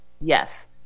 yes